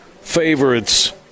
favorites